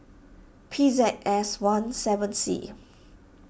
P Z S one seven C